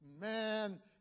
Man